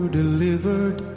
delivered